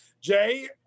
Jay